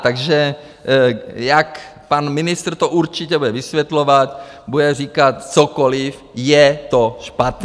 Takže jak pan ministr to určitě bude vysvětlovat, bude říkat cokoliv, je to špatně.